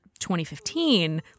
2015